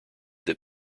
that